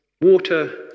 water